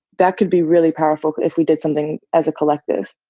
that could be really powerful if we did something as a collective.